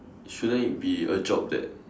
shouldn't it be a job that